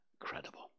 incredible